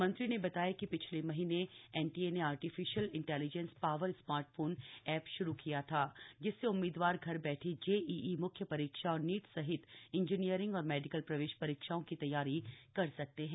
मंत्री ने बताया कि पिछले महीने एनटीए ने artificial intelligence power smartphone app श्रू किया था जिससे उम्मीदवार घर बठे जेईई मुख्य परीक्षा और नीट सहित इंजीनियरी और मेडिकल प्रवेश परीक्षाओं की तथ्वारी कर सकते हैं